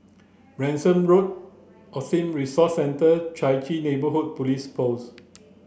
Branksome Road Autism Resource Centre Chai Chee Neighbourhood Police Post